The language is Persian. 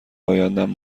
ایندم